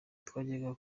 twajyaga